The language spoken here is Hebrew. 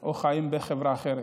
או חיים בחברה אחרת.